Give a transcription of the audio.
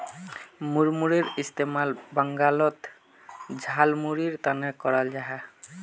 मुड़मुड़ेर इस्तेमाल बंगालोत झालमुढ़ीर तने कराल जाहा